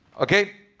okay?